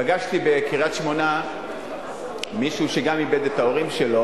פגשתי בקריית-שמונה מישהו שגם איבד את ההורים שלו,